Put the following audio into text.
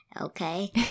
Okay